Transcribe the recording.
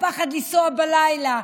הפחד לנסוע בלילה,